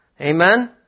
Amen